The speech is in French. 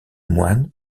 moines